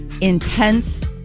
intense